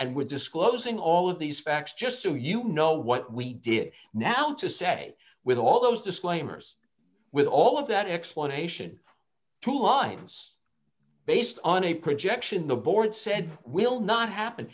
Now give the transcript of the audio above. we're disclosing all of these facts just so you know what we did now to say with all those disclaimers with all of that explanation two lines based on a projection the board said will not happen